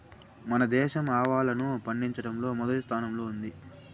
మన దేశం ఆవాలను పండిచటంలో మొదటి స్థానం లో ఉంది